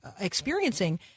experiencing